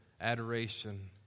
adoration